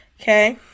Okay